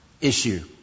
issue